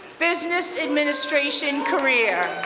business administration career.